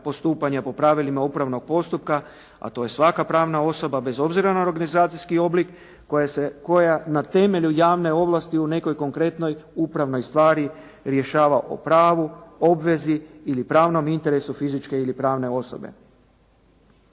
postupanja po pravilima upravnog postupka a to je svaka pravna osoba bez obzira na organizacijski oblik koja se, koja na temelju javne ovlasti u nekoj konkretnoj upravnoj stvari rješava o pravu, obvezi ili pravnom interesu fizičke ili pravne osobe.